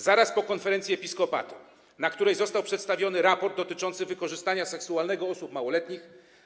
Zaraz po konferencji Episkopatu, na której został przedstawiony raport dotyczący wykorzystania seksualnego osób małoletnich,